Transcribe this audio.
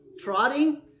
trotting